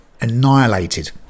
annihilated